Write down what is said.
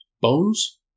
Bones